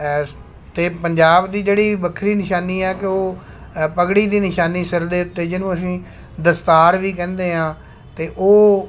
ਹੈ ਅਤੇ ਪੰਜਾਬ ਦੀ ਜਿਹੜੀ ਵੱਖਰੀ ਨਿਸ਼ਾਨੀ ਹੈ ਕਿ ਉਹ ਹੈ ਪੱਗੜੀ ਦੀ ਨਿਸ਼ਾਨੀ ਸਿਰ ਦੇ ਉੱਤੇ ਜਿਹਨੂੰ ਅਸੀਂ ਦਸਤਾਰ ਵੀ ਕਹਿੰਦੇ ਹਾਂ ਅਤੇ ਉਹ